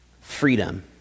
freedom